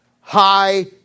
high